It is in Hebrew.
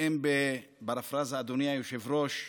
בפרפרזה, אדוני היושב-ראש,